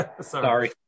sorry